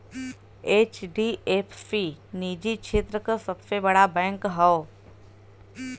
HDFC निजी क्षेत्र क सबसे बड़ा बैंक हौ